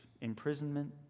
imprisonment